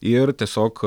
ir tiesiog